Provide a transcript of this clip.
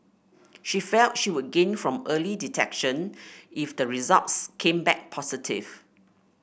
she felt she would gain from early detection if the results came back positive